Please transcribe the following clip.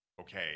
okay